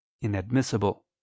inadmissible